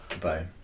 bye